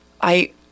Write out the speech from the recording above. I-